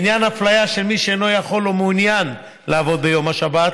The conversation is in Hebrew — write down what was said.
בעניין אפליה של מי שאינו יכול או אינו מעוניין לעבוד ביום שבת,